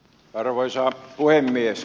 arvoisa puhemies